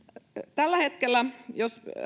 tällä hetkellä jos